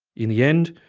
in the end,